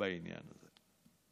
בעניין הזה.